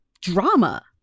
drama